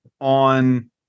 on